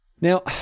Now